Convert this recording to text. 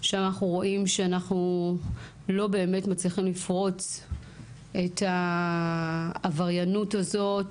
שמה אנחנו רואים שאנחנו לא באמת מצליחים לפרוץ את העבריינות הזאת